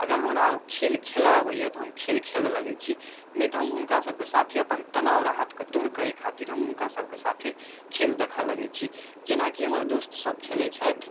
अगर हमरा ओ खेल खेलऽ अबैया तऽ हम खेल खेलऽ लगै छी नहि तऽ हम हुनका सबके साथे अपन तनाब राहतके दूर करे खातिर हम हुनका सबके साथे खेल देखऽ लगै छी जेनाकि हमर दोस्त सब खेलै छथि